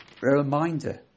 reminder